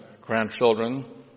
grandchildren